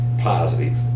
positive